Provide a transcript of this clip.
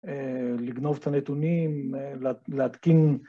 לגנוב את הנתונים, להתקין